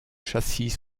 châssis